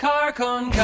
Carcon